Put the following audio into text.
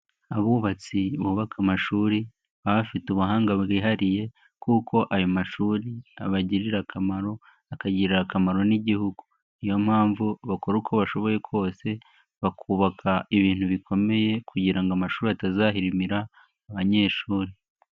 Abubatsi bubaka amashuri baba bafite ubuhanga bwihariye, kuko ayo mashuri abagirira akamaro, akagirira akamaro n'igihugu, niyo mpamvu bakora uko bashoboye kose bakubaka ibintu bikomeye, kugira amashuri atazahirimira abanyeshuri.